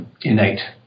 innate